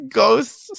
ghosts